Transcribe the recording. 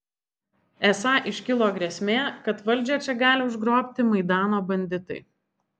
esą iškilo grėsmė kad valdžią čia gali užgrobti maidano banditai